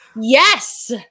yes